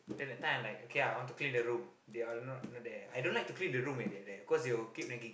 then that time I like okay I want to clean the room they are not not there I don't like to clean the room when they're there cause you will keep nagging